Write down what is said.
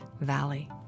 valley